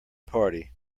party